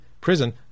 prison